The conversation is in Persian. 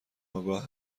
آگاه